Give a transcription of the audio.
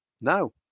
No